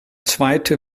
zweite